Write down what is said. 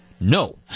No